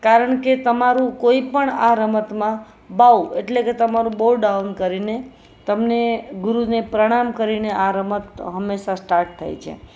કારણ કે તમારૂ કોઈ પણ આ રમતમાં બહુ એટલે કે તમારું બહુ ડાઉન કરીને તમને ગુરુને પ્રણામ કરીને આ રમત હંમેશા સ્ટાર્ટ થાય છે